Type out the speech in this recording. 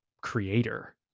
creator